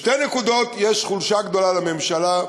בשתי נקודות יש חולשה גדולה לממשלה,